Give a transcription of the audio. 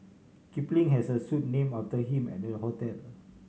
Kipling has a suite name after him at the hotel